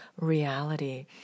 reality